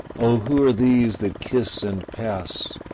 oh who are these that kiss and pass?